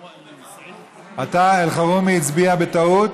אתה, אלחרומי הצביע בטעות?